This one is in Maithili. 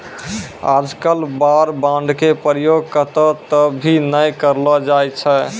आजकल वार बांड के प्रयोग कत्तौ त भी नय करलो जाय छै